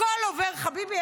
הכול עובר, חביבי.